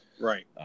right